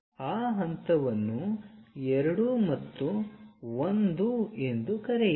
ಆ ಹಂತವನ್ನು 2 ಮತ್ತು 1 ಎಂದು ಕರೆಯಿರಿ